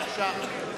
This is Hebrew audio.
בבקשה.